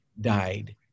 died